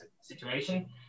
situation